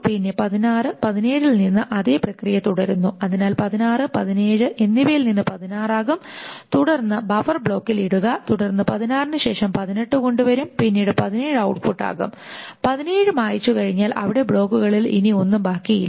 പിന്നെ 16 17 ൽ നിന്ന് അതേ പ്രക്രിയ തുടരുന്നു അതിനാൽ 16 17 എന്നിവയിൽ നിന്ന് 16 ആകും തുടർന്ന് ബഫർ ബ്ലോക്കിൽ ഇടുക തുടർന്ന് 16 ന് ശേഷം 18 കൊണ്ടുവരും പിന്നീട് 17 ഔട്ട്പുട്ട് ആകും 17 മായ്ച്ചുകഴിഞ്ഞാൽ അവിടെ ബ്ലോക്കുകളിൽ ഇനി ഒന്നും ബാക്കിയില്ല